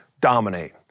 dominate